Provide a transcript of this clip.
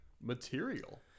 material